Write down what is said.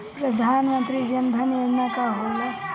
प्रधानमंत्री जन धन योजना का होला?